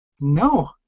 No